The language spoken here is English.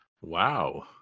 Wow